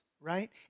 right